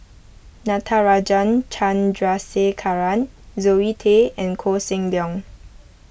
Natarajan Chandrasekaran Zoe Tay and Koh Seng Leong